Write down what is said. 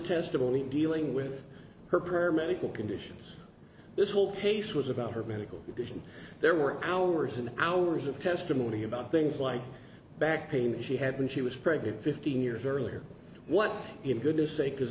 testimony dealing with her prayer medical conditions this whole case was about her medical condition there were hours and hours of testimony about things like back pain she had when she was pregnant fifteen years earlier what if good